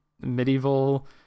medieval